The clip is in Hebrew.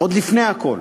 עוד לפני הכול,